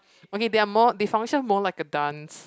okay there are more they function more like a dance